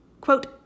Quote